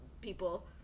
people